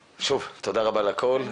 שוב, תודה רבה על הכול.